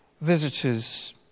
visitors